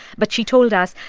but she told us,